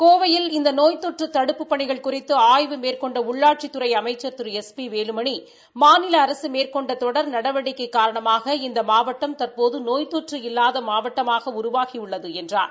கோவையில் இந்த நோய் தொற்று பணிகள் குறித்து ஆய்வு மேற்கொண்ட உள்ளாட்சித்துறை அமைச்சர் திரு எஸ் பி வேலுமணி மாநில அரசு மேற்கொண்ட தொடர் நடவடிக்கை காரணமாக இந்த மாவட்டம் தற்போது நோய் தொற்று இல்லாத மாவட்டமாக உருவாகியுள்ளது என்றார்